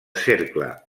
cercle